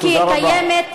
תודה רבה.